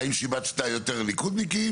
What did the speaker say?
האם שיבצת יותר "ליכודניכים",